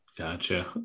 gotcha